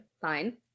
fine